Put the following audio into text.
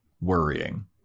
worrying